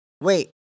wait